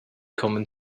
common